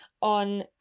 on